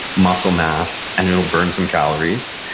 muscle mass, and it'll burn some calories.